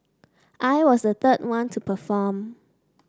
I was the third one to perform